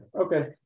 Okay